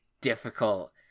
difficult